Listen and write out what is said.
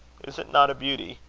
is it not a beauty?